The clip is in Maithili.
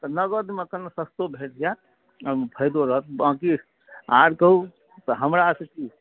तऽ नगदमे कने ससतो भेटि जाएत ओहिमे फाइदो रहत बाँकी आओर कहू तऽ हमरासँ की